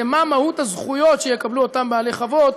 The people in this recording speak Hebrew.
זה מה מהות הזכויות שיקבלו אותם בעלי חוות